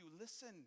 Listen